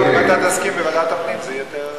אם תסכים ועדת הפנים, זה יהיה יותר,